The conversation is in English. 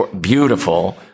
beautiful